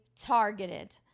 targeted